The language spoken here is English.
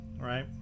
right